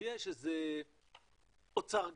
שיש איזה אוצר גדול,